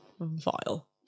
vile